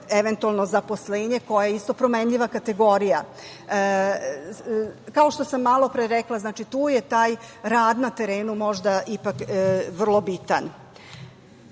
eventualno zaposlenje, koje je isto promenljiva kategorija. Kao što sam malopre rekla, znači tu je taj rad na terenu možda i vrlo